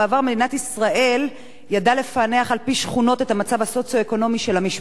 ישראל ידעה לפענח על-פי שכונות את המצב הסוציו-אקונומי של המשפחות,